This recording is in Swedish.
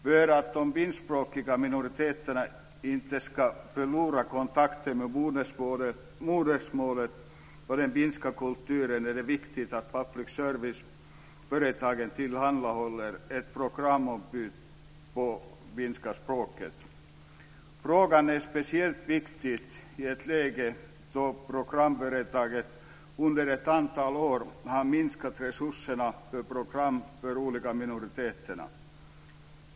För att den finskspråkiga minoriteten inte ska förlora kontakten med modersmålet och den finska kulturen är det viktigt att public service-företagen tillhandahåller ett programutbud på finska språket. Frågan är speciellt viktig i ett läge då programföretagen under ett antal år har minskat resurserna för program för olika minoriteter.